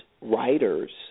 writers